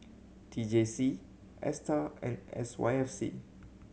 T J C Astar and S Y F C